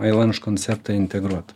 i lunch konceptą integruot